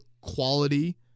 quality